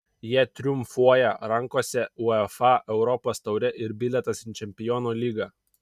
jie triumfuoja rankose uefa europos taurė ir bilietas į čempionų lygą